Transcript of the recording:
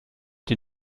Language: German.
die